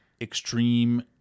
extreme